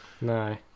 No